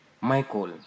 Michael